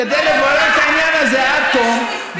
כדי לברר את העניין הזה עד תום,